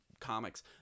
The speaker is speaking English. comics